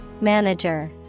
Manager